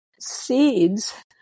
seeds